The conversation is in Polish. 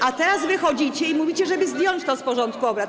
a teraz wychodzicie i mówicie, żeby zdjąć to z porządku obrad.